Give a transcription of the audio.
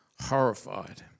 horrified